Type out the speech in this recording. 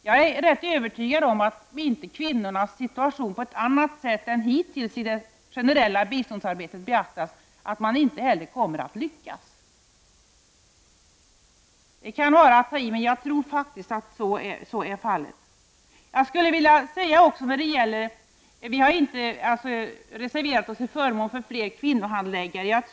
Jag är rätt övertygad om att man, om kvinnornas situation inte beaktas på ett annat sätt än som hittills skett i det generella biståndsarbetet, inte kommer att lyckas. Det må vara att jag tar i. Men jag tror faktiskt att så är fallet. Vi har inte reserverat oss till förmån för fler kvinnohandläggare.